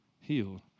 healed